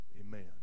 Amen